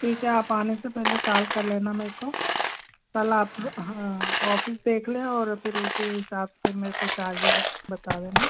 ठीक है आप आने से पहले काल कर लेना मेरे को कल आप हाँ ऑफ़िस देख लें और फिर उसी हिसाब से मे को चार्जेस बता देना